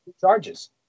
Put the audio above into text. charges